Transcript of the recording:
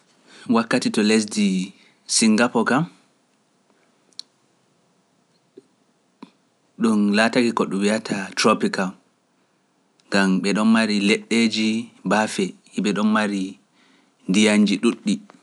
Wakkati to lesdi Singapo kam ɗum laatake ko ɗum wiiyata tropique kam kanko ɓeɗon mari leɗɗeji baafe hiɓe ɗon mari ndiyanji ɗuɗɗi